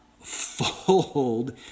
fold